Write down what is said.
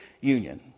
union